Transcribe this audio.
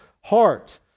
heart